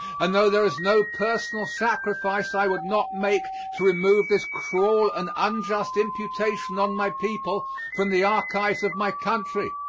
and though there is no personal sacrifice i would not make to remove this cruel and unjust imputation on my people from the archives of my country!